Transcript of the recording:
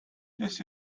this